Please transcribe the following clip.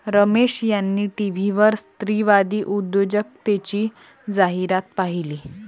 रमेश यांनी टीव्हीवर स्त्रीवादी उद्योजकतेची जाहिरात पाहिली